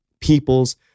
people's